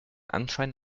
anschein